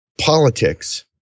politics